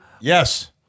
Yes